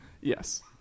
yes